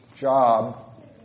job